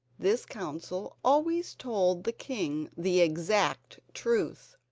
this council always told the king the exact truth.